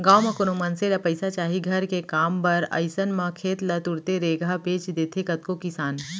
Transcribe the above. गाँव म कोनो मनसे ल पइसा चाही घर के काम बर अइसन म खेत ल तुरते रेगहा बेंच देथे कतको किसान